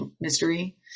mystery